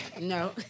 No